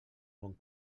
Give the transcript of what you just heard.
bon